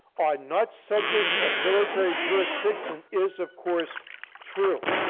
are not subjects of military jurisdiction, is of course true.